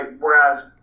Whereas